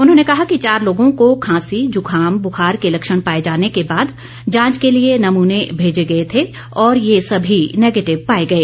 उन्होंने कहा कि चार लोगों को खांसी जुखाम बुखार के लक्षण पाए जाने के बाद जांच के लिए नेमने भेजे गए थे और ये सभी नेगेटिव पाए गए